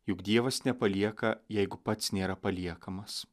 juk dievas nepalieka jeigu pats nėra paliekamas